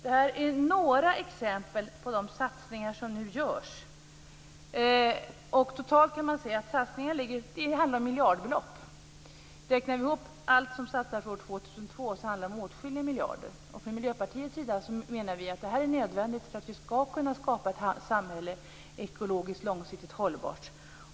Det här är några exempel på de satsningar som nu görs. Totalt kan man säga att det handlar om miljardbelopp. Om vi räknar ihop allt som satsas för år 2002 handlar det om åtskilliga miljarder. Från Miljöpartiets sida menar vi att detta är nödvändigt för att vi skall kunna skapa ett ekologiskt långsiktigt hållbart samhälle.